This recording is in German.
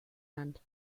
land